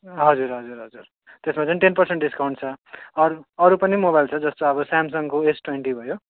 हजुर हजुर हजुर त्यसमा चाहिँ टेन पर्सेन्ट डिस्कउन्ट छ अरू अरू पनि मोबाइल छ जस्तो अब सामसङको एस ट्वेन्टी भयो